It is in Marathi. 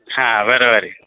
हा बरोबर आहे